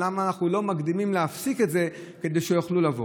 למה אנחנו לא מקדימים להפסיק את זה כדי שיוכלו לבוא.